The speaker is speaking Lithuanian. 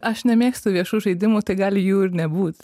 aš nemėgstu viešų žaidimų tai gali jų ir nebūt